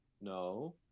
no